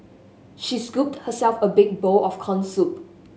she scooped herself a big bowl of corn soup